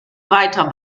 weiter